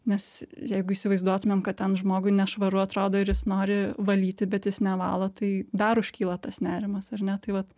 nes jeigu įsivaizduotumėm kad ten žmogui nešvaru atrodo ir jis nori valyti bet jis nevalo tai dar užkyla tas nerimas ar ne tai vat